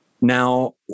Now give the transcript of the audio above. Now